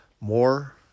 more